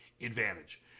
advantage